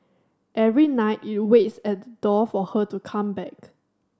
every night it waits at the door for her to come back